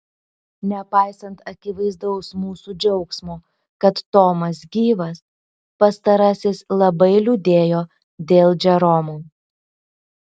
nepaisant akivaizdaus mūsų džiaugsmo kad tomas gyvas pastarasis labai liūdėjo dėl džeromo